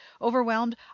overwhelmed